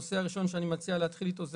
הנושא הראשון שאני מציע להתחיל איתו זה